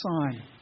sign